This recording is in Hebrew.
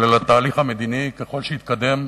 אבל התהליך המדיני, ככל שיתקדם,